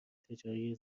تجاری